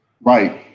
Right